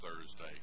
Thursday